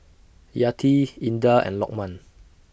Yati Indah and Lokman